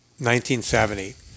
1970